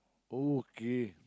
okay